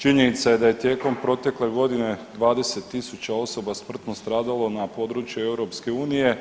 Činjenica je da je tijekom protekle godine 20.000 osoba smrtno stradalo na području EU.